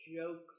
jokes